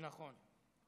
נכון.